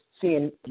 seeing